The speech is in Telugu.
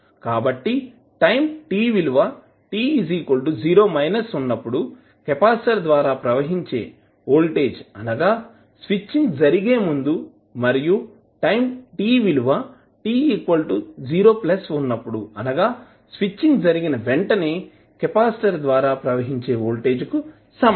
కాబట్టి టైం t విలువ t 0 ఉన్నప్పుడు కెపాసిటర్ ద్వారా ప్రవహించే వోల్టేజ్ అనగా స్విచ్చింగ్ జరిగే ముందు మరియు టైం t విలువ t 0 ఉన్నప్పుడు అనగా స్విచ్చింగ్ జరిగిన వెంటనే కెపాసిటర్ ద్వారా ప్రవహించే వోల్టేజ్ సమానం